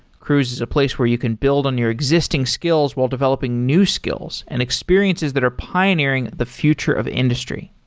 cruise is a place where you can build on your existing skills while developing new skills and experiences that are pioneering the future of industry.